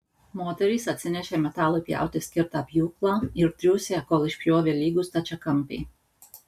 moterys atsinešė metalui pjauti skirtą pjūklą ir triūsė kol išpjovė lygų stačiakampį